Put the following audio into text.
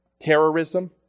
terrorism